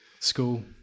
School